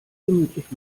gemütlich